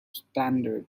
standard